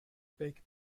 bake